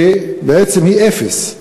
ובעצם היא אפס,